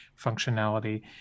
functionality